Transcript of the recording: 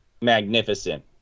magnificent